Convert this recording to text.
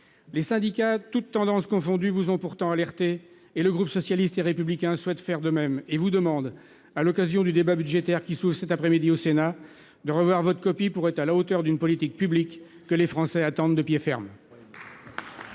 Les syndicats, toutes tendances confondues, vous ont pourtant alertée. Les membres du groupe socialiste et républicain souhaitent faire de même et vous demandent, à l'occasion du débat budgétaire qui s'ouvre cet après-midi au Sénat, de revoir votre copie, pour être à la hauteur d'une politique publique que les Français attendent de pied ferme.